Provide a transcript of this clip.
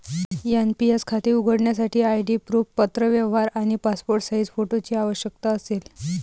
NPS खाते उघडण्यासाठी ID proof, पत्रव्यवहार आणि पासपोर्ट साइज फोटोची आवश्यकता असेल